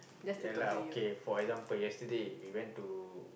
yeah lah okay for example yesterday we went to